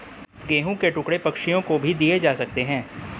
गेहूं के टुकड़े पक्षियों को भी दिए जा सकते हैं